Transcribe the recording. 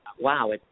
wow